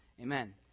Amen